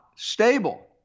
stable